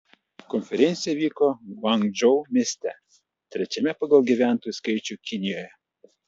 konferencija vyko guangdžou mieste trečiame pagal gyventojų skaičių kinijoje